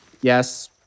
Yes